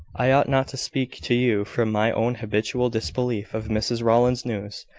i ought not to speak to you from my own habitual disbelief of mrs rowland's news.